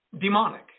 demonic